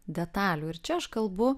detalių ir čia aš kalbu